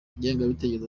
ingengabitekerezo